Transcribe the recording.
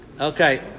Okay